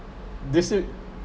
do you still